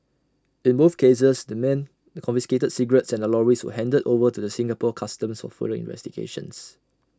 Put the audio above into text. in both cases the men the confiscated cigarettes and the lorries were handed over to the Singapore Customs for further investigations